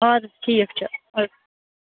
اَدٕ حظ ٹھیٖک چھُ